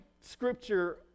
Scripture